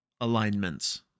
alignments